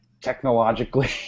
Technologically